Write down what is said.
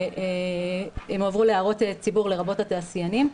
והם הועברו להערות הציבור, לרבות התעשיינים.